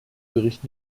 bericht